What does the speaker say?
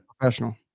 professional